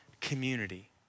community